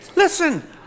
Listen